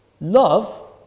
Love